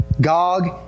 Gog